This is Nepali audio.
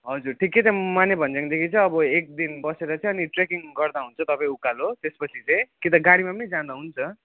हजुर ठिकै छ माने भन्ज्याङदेखि चाहिँ अब एक दिन बसेर चाहिँ अनि ट्रेकिङ गर्दा हुन्छ तपाईँ उकालो त्यसपछि चाहिँ कि त गाडीमा पनि जाँदा हुन्छ